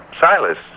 Silas